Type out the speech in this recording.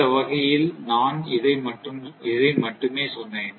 இந்த வகையில் நான் இதை மட்டுமே சொன்னேன்